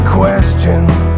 questions